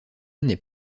n’est